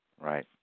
Right